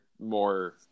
more